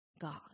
God